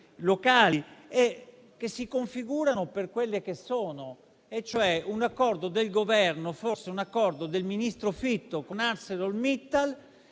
locali, e che si configurano per quelle che sono, e cioè un accordo del Governo, forse un accordo del ministro Fitto con ArcelorMittal,